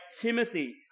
Timothy